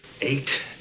Eight